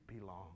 belong